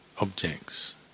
objects